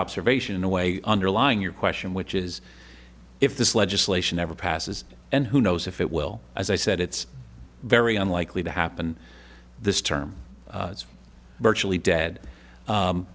observation in a way underlying your question which is if this legislation ever passes and who knows if it will as i said it's very unlikely to happen this term virtually dead